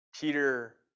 Peter